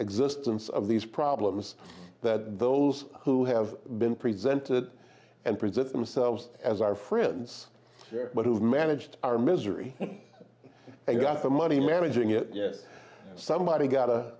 existence of these problems that those who have been presented and present themselves as our friends but who've managed our misery they've got the money managing it yes somebody's got to